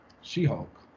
She-Hulk